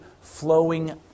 flowing